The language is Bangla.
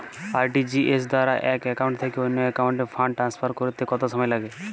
আর.টি.জি.এস দ্বারা এক একাউন্ট থেকে অন্য একাউন্টে ফান্ড ট্রান্সফার করতে কত সময় লাগে?